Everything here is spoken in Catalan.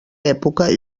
època